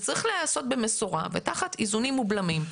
אמרתי שזה צריך להיעשות במסורה ותחת איזונים ובלמים.